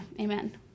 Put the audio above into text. Amen